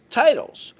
titles